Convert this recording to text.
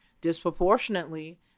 Disproportionately